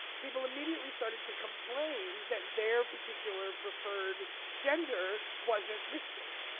people immediately started to complain that their particular preferred gender wasn't listed.